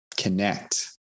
connect